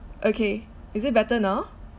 okay is it better now